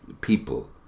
people